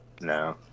No